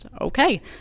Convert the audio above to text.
Okay